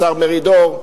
השר מרידור,